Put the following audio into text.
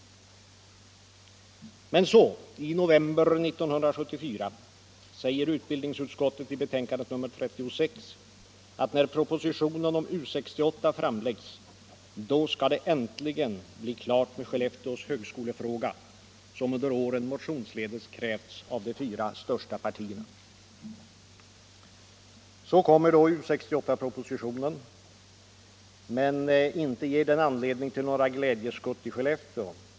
Men så i november 1974 säger utbildningsutskottet i betänkandet nr 36 att när propositionen om U 68 framläggs då skall det äntligen bli klart med Skellefteås högskolefråga som under åren motionsledes krävts av de fyra största partierna. Så kommer då U 68-propositionen, men inte ger den anledning till några glädjeskutt i Skellefteå.